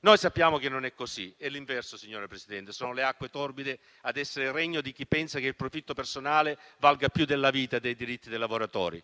Noi sappiamo che non è così. È l'inverso, signora Presidente. Sono le acque torbide a essere il regno di chi pensa che il profitto personale valga più della vita e dei diritti dei lavoratori.